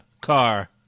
car